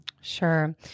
Sure